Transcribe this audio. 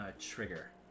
trigger